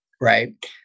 right